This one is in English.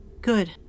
Good